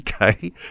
Okay